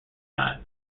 time